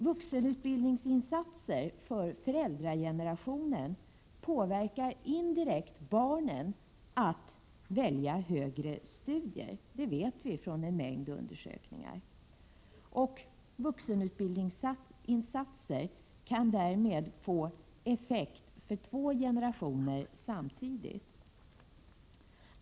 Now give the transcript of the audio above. Vuxenutbildningsinsatser för föräldragenerationen påverkar indirekt barnen att välja högre studier — det vet vi från en mängd undersökningar — och kan därmed få effekt för två generationer samtidigt.